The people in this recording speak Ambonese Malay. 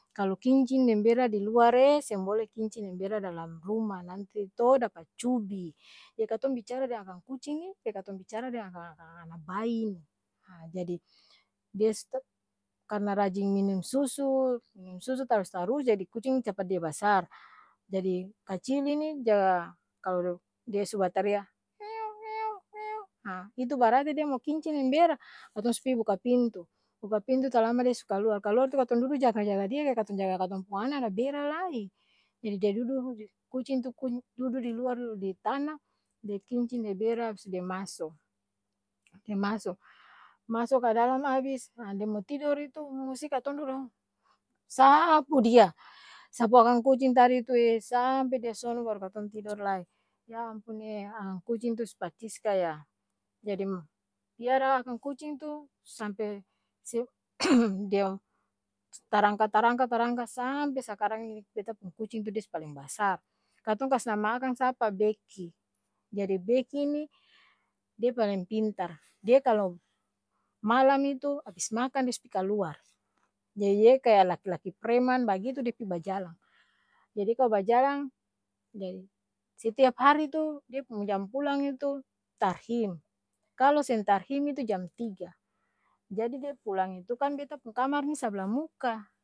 Kalo kincing deng bera di luar eee seng bole kincing deng bera dalam ruma, nanti too dapa cubi, e katong bicara deng akang kucing ni, ke katong bicara deng akang akang-ana bayi ni haa, jadi, dia sto karna rajing minum susu minum susu tarus-tarus jadi kucing capat dia basar, jadi kacil ini jaga kalo dia su batarea ngeong ngeong ngeong haa itu barati dia mo kincing deng bera, katong su pi buka pintu, buka pintu talama dia su kaluar, kaluar tu katong dudu jaga-jaga dia kaya katong jaga katong pung ana ada bera lai jadi ja dudu kucing tu dudu di luar du di tana, dia kincing, de bera abis tu dia maso, dia maso, maso ka dalam abis aa dia mo tidor itu musti katong dudu hmm saaapu dia sapu akang kucing tadi tu ee saampe dia sono baru katong tidor lai, ya ampun ee akang kucing tu su parcis kaya jadi piara akang kucing tu sampe, dia tarangka, tarangka, tarangka saaampe sakarang ini beta pung kucing tu dia su paleng basar, katong kas nama akang sapa? Beki jadi beki ni, dia paleng pintar, dia kalo malam itu, abis makan dia su pi kaluar, jadi de kaya laki-laki preman bagitu, dia pi bajalang, jadi kal bajalang deng setiap hati tu, dia pung jam pulang itu, tarhim, kalo seng tarhim itu jam tiga, jadi dia pulang itu kan beta pung kamar ni sabla muka.